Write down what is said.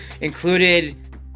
Included